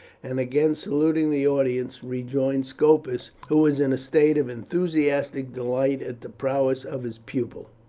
and, again saluting the audience, rejoined scopus, who was in a state of enthusiastic delight at the prowess of his pupil.